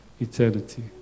eternity